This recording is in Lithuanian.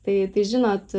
tai tai žinot